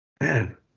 man